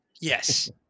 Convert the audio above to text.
yes